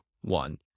one